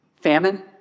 famine